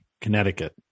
Connecticut